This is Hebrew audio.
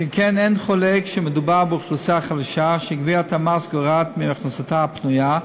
שכן אין חולק שמדובר באוכלוסייה חלשה שגביית המס גורעת מהכנסתה הפנויה,